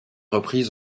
reprise